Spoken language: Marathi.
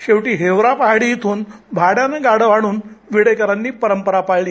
शेवटी हिवरापहाडी ब्रेन भाड्यानं गाढव आणून विडेकरांनी परंपरा पळाली